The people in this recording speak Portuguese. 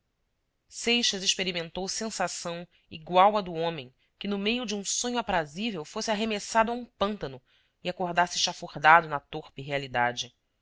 seixas experimentou sensação igual à do homem que no meio de um sonho aprazível fosse arremessado a um pântano e acordasse chafurdado na torpe realidade